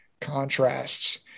contrasts